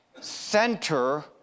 center